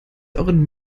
euren